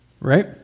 Right